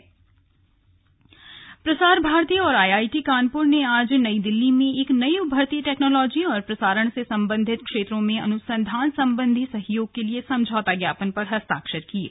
slug अन्बंध प्रसार भारती और I I T Kanpur ने आज नई दिल्ली में नई उभरती टेक्नोलॉजी और प्रसारण से संबंधित क्षेत्रों में अनुसंधान संबंधी सहयोग के लिए समझौता ज्ञापन पर हस्ताक्षर किये हैं